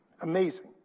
Amazing